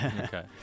Okay